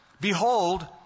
behold